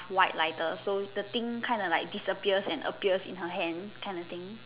white lighter so the thing kind of like disappears and appears in her hand kind of thing